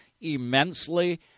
immensely